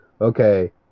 okay